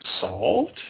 Solved